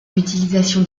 l’utilisation